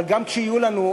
אבל גם כשיהיו לנו,